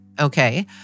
Okay